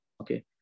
Okay